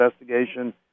investigation